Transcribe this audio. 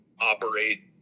operate